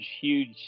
huge